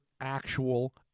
actual—